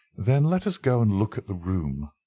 then let us go and look at the room.